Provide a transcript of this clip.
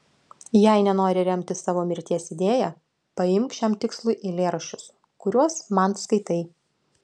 jei nenori remtis savo mirties idėja paimk šiam tikslui eilėraščius kuriuos man skaitai